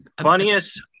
funniest